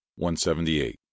178